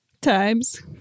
times